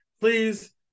please